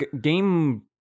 game